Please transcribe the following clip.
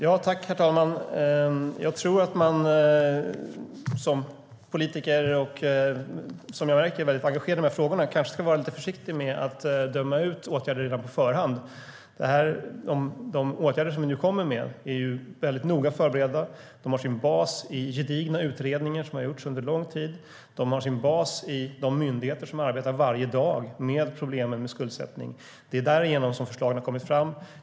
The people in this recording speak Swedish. Herr talman! Jag tror att man som politiker och starkt engagerad i de här frågorna kanske ska vara lite försiktig med att döma ut åtgärderna redan på förhand. De åtgärder som vi nu kommer med är noga förberedda. De har sin bas i gedigna utredningar som gjorts under lång tid. De har sin bas i de myndigheter som varje dag arbetar med problemen med skuldsättning. Det är därigenom som förslagen har kommit fram.